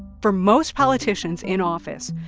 for most politicians in office,